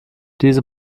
diese